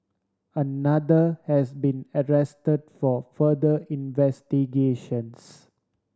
another has been arrest for further investigations